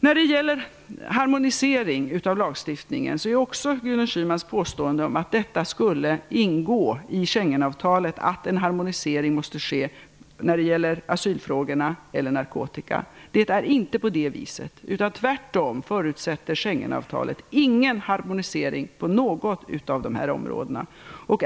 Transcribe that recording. När det gäller harmonisering av lagstiftningen påstår Gudrun Schyman att det skulle ingå i Schengenavtalet att en harmonisering måste ske beträffande asylfrågorna och narkotikafrågorna. Det är inte på det viset. Tvärtom förutsätter inte Schengenavtalet någon harmonisering på något av dessa områden.